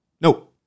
no